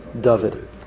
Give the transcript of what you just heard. David